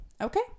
okay